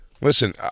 listen